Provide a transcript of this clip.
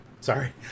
Sorry